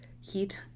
heat